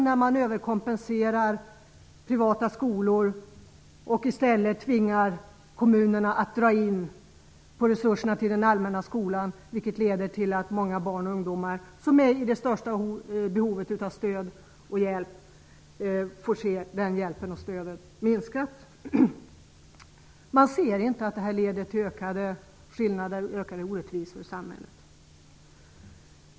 När man överkompenserar privata skolor och i stället tvingar kommunerna att skära ned på resurserna till den allmänna skolan drar man inte den slutsatsen att detta leder till att många av de barn och ungdomar som har det största behovet av hjälpinsatser drabbas av stödminskningar. Man ser inte att det här leder till ökade skillnader och orättvisor i samhället.